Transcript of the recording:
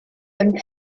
and